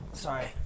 Sorry